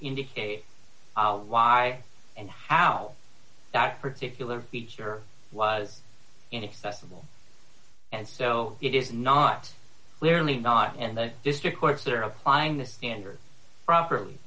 indicate why and how that particular feature was inaccessible and so it is not clearly not and the district courts are applying the standards properly